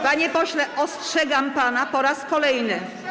Panie pośle, ostrzegam pana po raz kolejny.